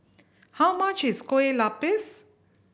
how much is Kueh Lapis